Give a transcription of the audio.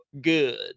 good